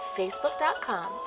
facebook.com